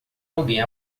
alguém